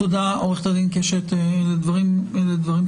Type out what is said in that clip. תודה, עורכת הדין קשת, אלה דברים חשובים.